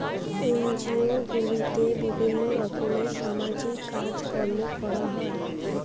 NGO গুলোতে বিভিন্ন রকমের সামাজিক কাজকর্ম করা হয়